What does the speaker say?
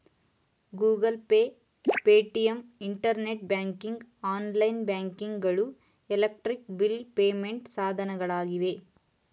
Google Pay, Paytm, internet banking, online banking ಗಳು electric bill payment ಸಾಧನಗಳಾಗಿವೆ